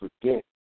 forget